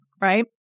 right